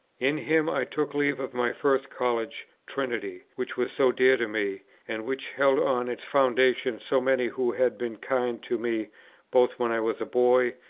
in him i took leave of my first college, trinity, which was so dear to me, and which held on its foundation so many who had been kind to me both when i was a boy,